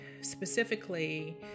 specifically